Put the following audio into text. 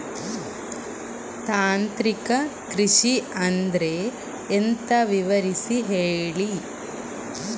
ತಾಂತ್ರಿಕ ಕೃಷಿ ಅಂದ್ರೆ ಎಂತ ವಿವರಿಸಿ ಹೇಳಿ